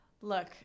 Look